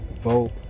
vote